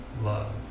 love